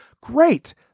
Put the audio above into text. Great